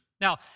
Now